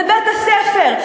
בבית-הספר,